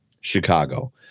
Chicago